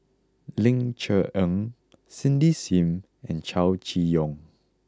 Ling Cher Eng Cindy Sim and Chow Chee Yong